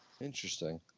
interesting